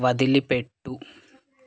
వదిలిపెట్టు